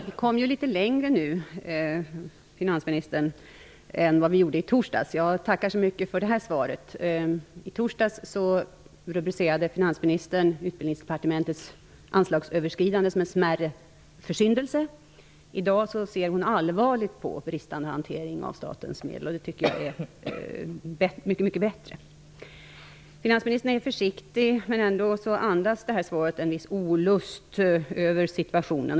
Fru talman! Vi kom litet längre nu, finansministern, än vi gjorde i torsdags. Jag tackar så mycket för det här svaret. Utbildningsdepartementets anslagsöverskridande som en mindre försyndelse. I dag ser hon allvarligt på bristande hantering av statens medel. Det tycker jag är mycket bättre. Finansministern är försiktig. Ändå andas svaret en viss olust över situationen.